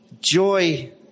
joy